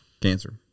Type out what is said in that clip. cancer